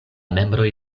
membroj